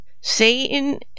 satan